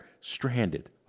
stranded